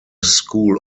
school